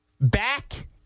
back